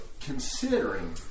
considering